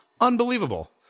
unbelievable